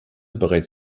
bereits